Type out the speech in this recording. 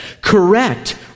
correct